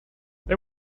they